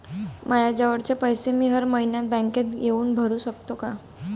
मायाजवळचे पैसे मी हर मइन्यात बँकेत येऊन भरू सकतो का?